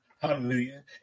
Hallelujah